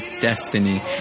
destiny